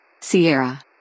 Sierra